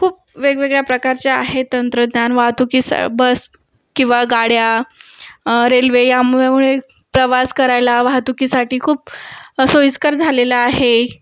खूप वेगवेगळ्या प्रकारच्या आहेत तंत्रज्ञान वाहतुकीस बस किंवा गाड्या रेल्वे यामुळे प्रवास करायला वाहतुकीसाठी खूप सोईस्कर झालेलं आहे